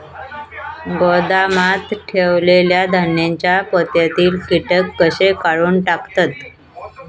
गोदामात ठेयलेल्या धान्यांच्या पोत्यातले कीटक कशे काढून टाकतत?